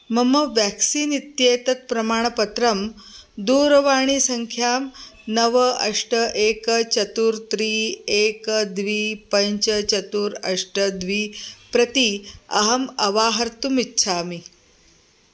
मम व्याक्सीन् इत्येतत् प्रमाणपत्रं दूरवाणीसङ्ख्यां नव अष्ट एकं चत्वारि त्रीणि एकं द्वे पञ्च चत्वारि अष्ट द्वे प्रति अहम् अवाहर्तुम् इच्छामि